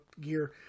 gear